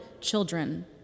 children